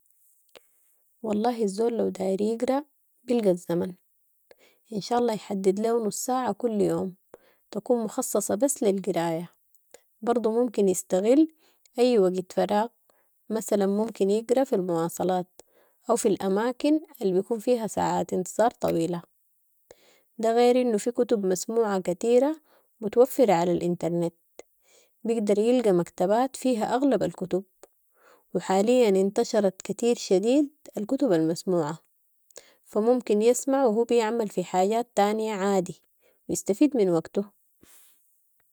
والله الزول لو داير يقرا بلقي الزمن، ان شاء الله يحدد ليهو نص ساعة كل يوم. تكون مخصصة بس للقراية برضو ممكن يستغل اي وقت فراغ ،مثلا ممكن يقرا في المواصلات او في الاماكن البكون فيها ساعات انتظار طويلة دة غير انه في كتب مسموعة كتيرة متوفره علي الانترنت. بيقدر يلقي مكتبات فيها اغلب الكتب وحاليا انتشرت كتير شديد الكتب المسموعه فممكن يسمع وهو بيعمل في حاجات تانيه عادي ويستفيد من وقته.